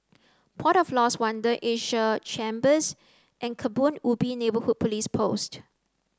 port of Lost Wonder Asia Chambers and Kebun Ubi Neighbourhood Police Post